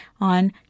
on